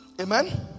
Amen